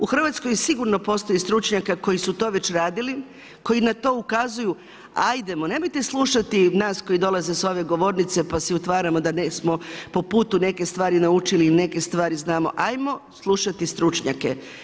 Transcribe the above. U Hrvatskoj sigurno postoji stručnjaka koji su to već radili, koji na to ukazuju, nemojte slušati nas koji dolaze s ove govornice pa si otvaramo da nismo po putu neke stvari naučili i neke stvari znamo, ajmo slušati stručnjake.